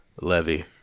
Levy